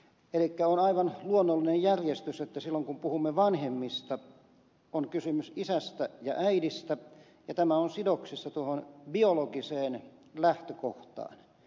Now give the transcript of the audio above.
elikkä on aivan luonnollinen järjestys että silloin kun puhumme vanhemmista on kysymys isästä ja äidistä ja tämä on sidoksissa tuohon biologiseen lähtökohtaan